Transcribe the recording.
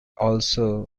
enjoys